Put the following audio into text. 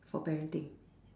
for parenting